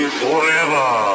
forever